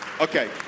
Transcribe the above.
okay